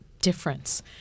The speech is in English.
difference